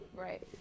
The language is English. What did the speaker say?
Right